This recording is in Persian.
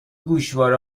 گوشواره